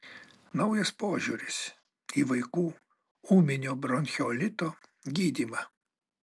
naujas požiūris į vaikų ūminio bronchiolito gydymą